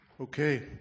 Okay